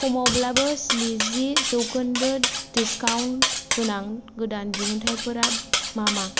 खमावब्लाबो स्निजि जौखोन्दो डिस्काउन्ट गोनां गोदान दिहुनथाइफोरा मा मा